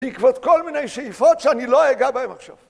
בעקבות כל מיני שאיפות שאני לא אגע בהן עכשיו.